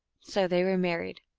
so they were married.